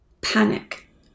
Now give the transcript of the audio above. panic